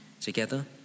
Together